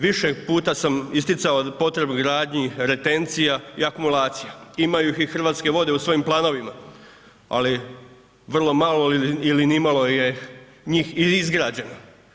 Više puta sam isticao potrebu gradnji retencija i akumulacija, imaju ih i Hrvatske vode u svojim planovima ali vrlo malo ili nimalo je njih izgrađeno.